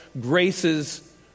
graces